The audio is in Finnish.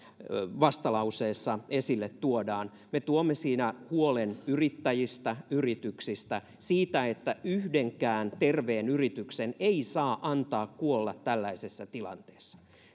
vastalauseessa esille tuodaan me tuomme siinä huolen yrittäjistä yrityksistä siitä että yhdenkään terveen yrityksen ei saa antaa kuolla tällaisessa tilanteessa